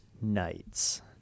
nights